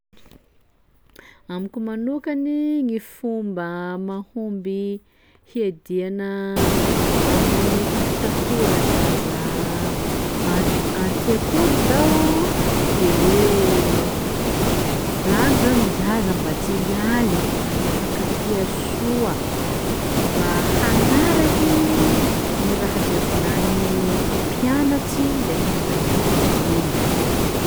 Amiko manokany gny fomba mahomby hiadiana amin'ny fampitahora zaza an- an-tsekoly zao de hoe volano zao ny zaza mba tsy hialy, mba hifankatia soa, mba hagnaraky gny raha zay volanin'gny mpampianatsy ndraiky gny ray aman-dreny.